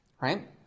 right